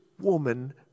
woman